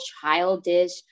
childish